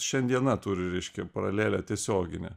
šiandiena turi reiškia paralelę tiesioginę